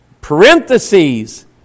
parentheses